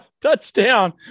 Touchdown